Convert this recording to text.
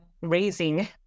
raising